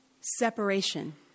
separation